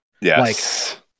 Yes